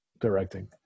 directing